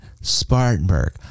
Spartanburg